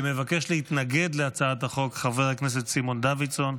מבקש להתנגד להצעת החוק חבר הכנסת סימון דוידסון,